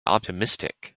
optimistic